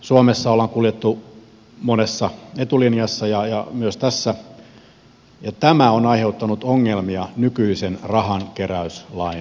suomessa ollaan kuljettu etulinjassa monessa ja myös tässä ja tämä on aiheuttanut ongelmia nykyisen rahankeräyslain kanssa